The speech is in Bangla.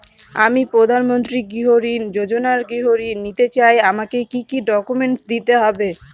আমি প্রধানমন্ত্রী গৃহ ঋণ যোজনায় গৃহ ঋণ নিতে চাই আমাকে কি কি ডকুমেন্টস দিতে হবে?